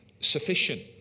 sufficient